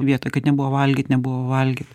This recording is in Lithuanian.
vietą kad nebuvo valgyt nebuvo valgyt